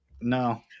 no